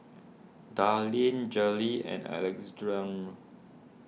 Darline Jaleel and Alexandro